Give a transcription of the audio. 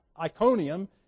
Iconium